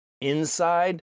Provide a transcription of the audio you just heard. inside